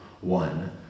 one